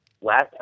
last